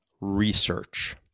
research